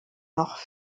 noch